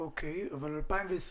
אבל לגבי 2020,